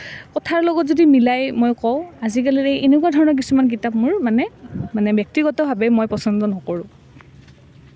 কথাৰ লগত যদি মিলাই মই কওঁ আজিকালিৰ এই এনেকুৱা ধৰণৰ কিতাপ মোৰ মানে মানে ব্যক্তিগতভাৱে মই পচন্দ নকৰোঁ